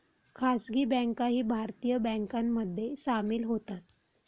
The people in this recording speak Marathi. खासगी बँकाही भारतीय बँकांमध्ये सामील होतात